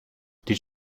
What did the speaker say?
did